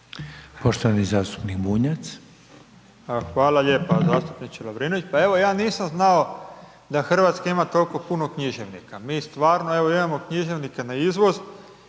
Branimir (Živi zid)** Hvala lijepa zastupniče Lovrinović. Pa evo ja nisam znao da Hrvatska ima toliko puno književnika. Mi stvarno evo imamo književnika na izvoz,